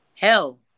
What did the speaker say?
Hell